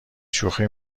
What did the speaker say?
شوخی